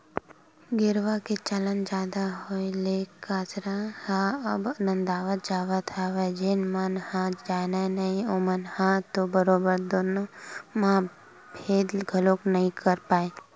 गेरवा के चलन जादा होय ले कांसरा ह अब नंदावत जावत हवय जेन मन ह जानय नइ ओमन ह तो बरोबर दुनो म भेंद घलोक नइ कर पाय